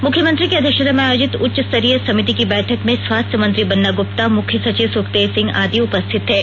मुख्यमंत्री की अध्यक्षता में आयोजित उच्च स्तरीय समिति की बैठक में स्वास्थ्य मंत्री बन्ना गुप्ता मुख्य सचिव सुखदेव सिंह आदि उपस्थित थे